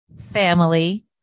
family